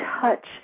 touch